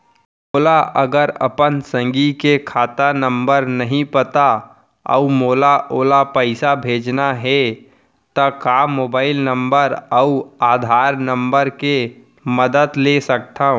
मोला अगर अपन संगी के खाता नंबर नहीं पता अऊ मोला ओला पइसा भेजना हे ता का मोबाईल नंबर अऊ आधार नंबर के मदद ले सकथव?